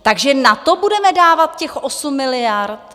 Takže na to budeme dávat těch 8 miliard?